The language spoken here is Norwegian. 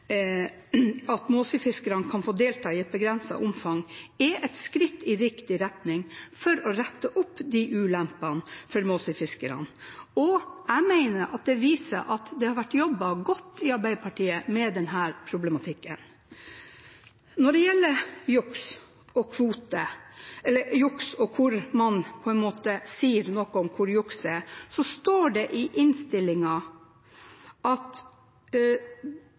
at Måsøy-fiskerne kan få delta «i et begrenset omfang», er et skritt i riktig retning for å rette opp ulempene for Måsøy-fiskerne. Jeg mener at dette viser at det har vært jobbet godt i Arbeiderpartiet med denne problematikken. Når det gjelder juks og hvor man på en måte sier noe om hvor jukset er, står det i innstillingen at